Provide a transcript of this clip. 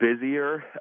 busier